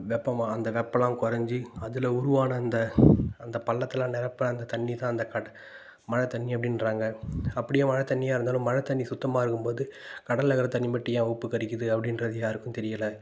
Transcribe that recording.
வெப்பமாக அந்த வெப்பம்லாம் குறஞ்சி அதில் உருவனா அந்த அந்த பள்ளத்தில் நிறப்ப அந்த தண்ணி தான் அந்த கடல் மழைத்தண்ணி அப்படின்றாங்க அப்படியும் மழைத்தண்ணியா இருந்தாலும் மழைத்தண்ணி சுத்தமாக இருக்கும் போது கடலில் இருக்கிற தண்ணி மட்டும் ஏன் உப்பு கரிக்குது அப்படின்றது யாருக்கும் தெரியலை